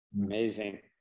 Amazing